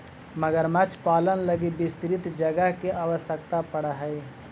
मगरमच्छ पालन लगी विस्तृत जगह के आवश्यकता पड़ऽ हइ